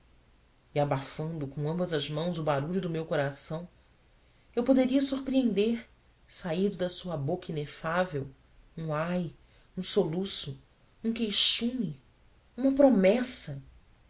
e abafando com ambas as mãos o barulho do meu coração eu poderia surpreender saído da sua boca inefável um ai um soluço um queixume uma promessa